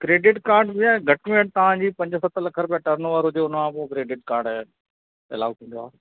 credit card भैया घटि में घटि तव्हांजी पंज सत लख टर्न ऑवर हुजे हुन खां पोइ क्रेडिट काड एलाउ थींदो आहे